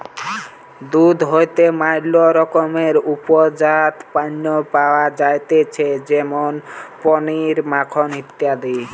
দুধ হইতে ম্যালা রকমের উপজাত পণ্য পাওয়া যাইতেছে যেমন পনির, মাখন ইত্যাদি